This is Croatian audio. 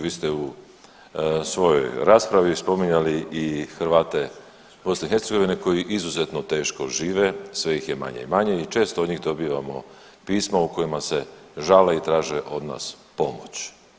Vi ste svojoj raspravi spominjali i Hrvate BiH koji izuzetno teško žive, sve ih je manje i manje i često od njih dobivamo pisma u kojima se žale i traže od nas pomoć.